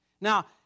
Now